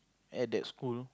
at that school